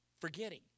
forgetting